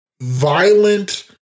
violent